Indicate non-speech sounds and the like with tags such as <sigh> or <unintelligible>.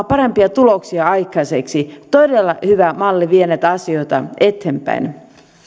<unintelligible> parempia tuloksia aikaiseksi todella hyvä malli viedä näitä asioita eteenpäin